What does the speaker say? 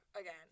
again